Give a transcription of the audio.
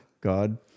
God